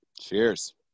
Cheers